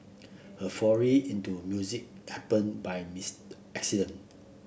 her foray into music happened by this accident